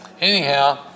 Anyhow